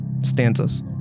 stanzas